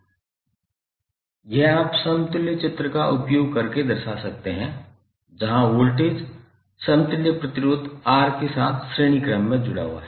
यह आप समतुल्य चित्र का उपयोग करके दर्शा सकते हैं जहां वोल्टेज समतुल्य प्रतिरोध R के साथ श्रेणी क्रम में जुड़ा हुआ है